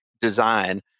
design